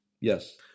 yes